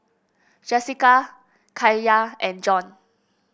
Jessika Kaiya and Jon